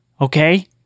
okay